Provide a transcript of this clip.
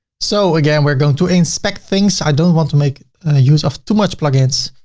so again, we're going to inspect things. i don't want to make the use of too much plugins.